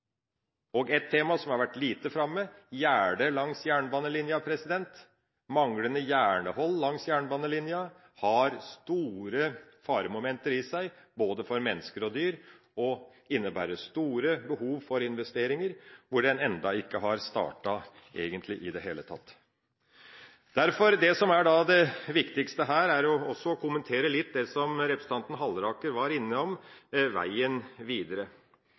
og, et tema som har vært lite framme, gjerder langs jernbanelinja. Manglende gjerdehold langs jernbanelinja har store faremomenter i seg, både for mennesker og dyr, og innebærer store behov for investeringer hvor en ennå egentlig ikke har startet i det hele tatt. Det som er det viktigste her, er å kommentere det som representanten Halleraker var innom, veien videre.